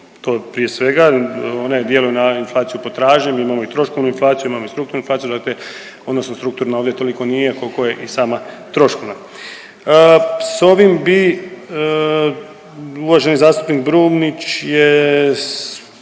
to prije svega ona djeluje na inflaciju potražnje, mi imamo i troškovnu inflaciju, imamo i strukturnu inflaciju dakle odnosno strukturno ovdje toliko nije koliko je i sama troškovna. S ovim bi uvaženi zastupnik Brumnić je